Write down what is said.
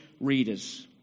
readers